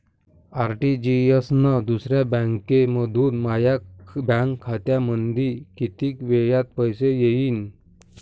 RTGS न दुसऱ्या बँकेमंधून माया बँक खात्यामंधी कितीक वेळातं पैसे येतीनं?